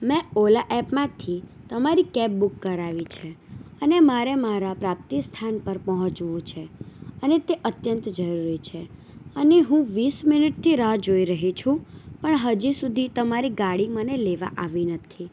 મેં ઓલા એપમાંથી તમારી કેબ બુક કરાવી છે અને મારે મારા પ્રાપ્તિસ્થાન પર પહોંચવું છે અને તે અત્યંત જરૂરી છે અને હું વીસ મિનિટથી રાહ જોઈ રહી છું પણ હજી સુધી તમારી ગાડી મને લેવા આવી નથી